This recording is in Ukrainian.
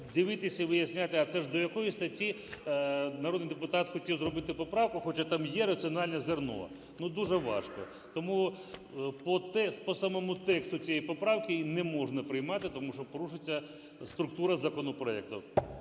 дивитися, виясняти, а це ж до якої статті народний депутат хотів зробити поправку, хоча там є раціональне зерно, ну, дуже важко. Тому по самому тексту цієї поправки не можна приймати, тому що порушиться структура законопроектів.